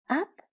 up